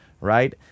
right